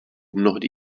mnohdy